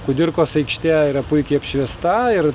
kudirkos aikštė yra puikiai apšviesta ir